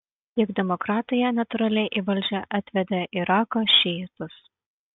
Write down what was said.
juk demokratija natūraliai į valdžią atvedė irako šiitus